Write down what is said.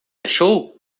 achou